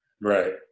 Right